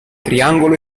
triangolo